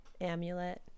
Amulet